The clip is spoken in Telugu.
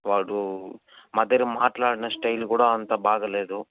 వాడు మాదిగ్గర మాట్లాడిన స్టైల్ కూడా అంత బాగాలేదు